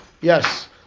Yes